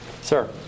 Sir